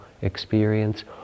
experience